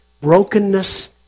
Brokenness